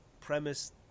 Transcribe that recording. premise